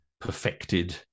perfected